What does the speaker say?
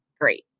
great